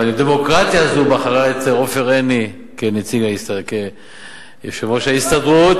והדמוקרטיה הזו בחרה את עופר עיני כיושב-ראש ההסתדרות.